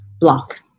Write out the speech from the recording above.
block